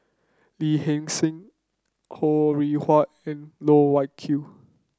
Lee Hee Seng Ho Rih Hwa and Loh Wai Kiew